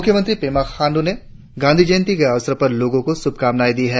मुख्यमंत्री पेमा खांडू ने गांधी जयंती के अवसर पर लोगों को शुभकामनाएं दी है